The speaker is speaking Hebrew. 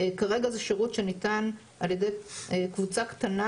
כרגע זה שירות שניתן על ידי קבוצה קטנה